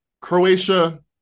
Croatia